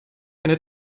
eine